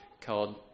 called